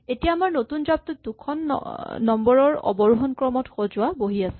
এতিয়া আমাৰ নতুন জাপটোত দুখন নম্বৰ ৰ অৱৰোহন ক্ৰমত সজোৱা বহী আছে